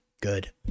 good